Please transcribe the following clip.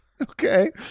Okay